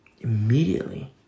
Immediately